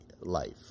life